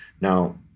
Now